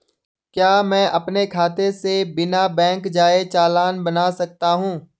क्या मैं अपने खाते से बिना बैंक जाए चालान बना सकता हूँ?